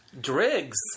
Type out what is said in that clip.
Driggs